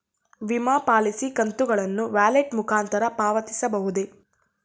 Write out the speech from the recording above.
ವಿಮಾ ಪಾಲಿಸಿ ಕಂತುಗಳನ್ನು ವ್ಯಾಲೆಟ್ ಮುಖಾಂತರ ಪಾವತಿಸಬಹುದೇ?